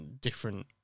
different